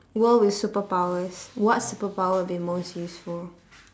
world with superpowers what superpower would be most useful